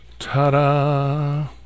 Ta-da